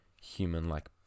human-like